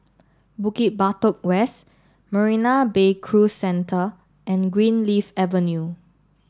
Bukit Batok West Marina Bay Cruise Centre and Greenleaf Avenue